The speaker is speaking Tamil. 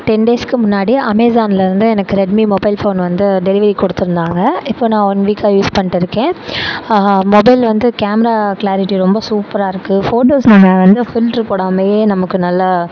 டென் டேஸுக்கு முன்னாடி அமேஸானில் வந்து எனக்கு ரெட்மி மொபைல் ஃபோன் வந்து டெலிவெரி கொடுத்துருந்தாங்க இப்போ நான் ஒன் வீக்காக யூஸ் பண்ணிட்டு இருக்கேன் முதல் வந்து கேம்ரா கிளாரிட்டி ரொம்ப சூப்பராக இருக்கு ஃபோட்டோஸ் நாங்கள் வந்து ஃபில்ட்ரு போடாமயே நமக்கு நல்லா